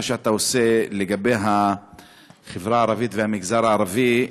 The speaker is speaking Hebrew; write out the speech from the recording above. שאתה עושה לגבי החברה הערבית והמגזר הערבי,